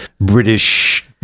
British